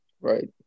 Right